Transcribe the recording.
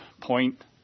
point